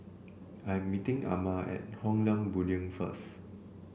I'm meeting Amare at Hong Leong Building first